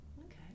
okay